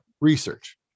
research